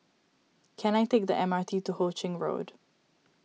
can I take the M R T to Ho Ching Road